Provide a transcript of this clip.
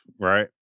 right